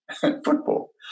football